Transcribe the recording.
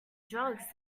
drugs